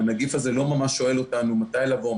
הנגיף הזה לא ממש שואל אותנו מתי לבוא,